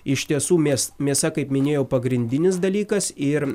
iš tiesų mės mėsa kaip minėjau pagrindinis dalykas ir